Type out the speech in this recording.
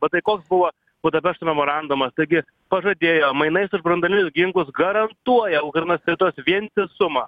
bet tai koks buvo budapešto memorandumas taigi pažadėjo mainais už branduolinius ginklus garantuoja ukrainos teritorijos vientisumą